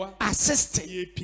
Assisting